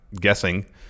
guessing